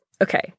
Okay